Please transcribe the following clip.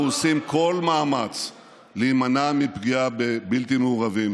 אנחנו עושים כל מאמץ להימנע מפגיעה בבלתי מעורבים,